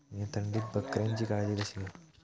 मीया थंडीत बकऱ्यांची काळजी कशी घेव?